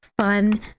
fun